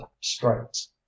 strikes